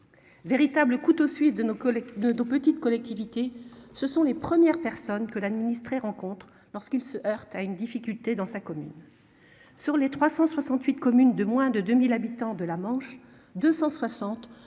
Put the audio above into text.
Véritable couteau suisse de nos collègues de nos petites collectivités, ce sont les premières personnes que l'administrer rencontrent lorsqu'il se heurte à une difficulté dans sa commune. Sur les 368 communes de moins de 2000 habitants de la Manche, 260